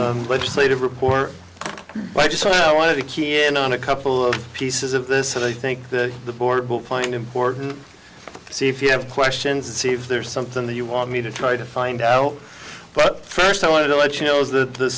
the legislative report but i just wanted to key in on a couple of pieces of this and i think the board will find important see if you have questions and see if there's something that you want me to try to find out but first i want to let you know as the